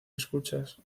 escuchas